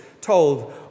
told